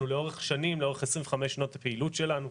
לאורך שנים, לאורך 25 שנות הפעילות שלנו,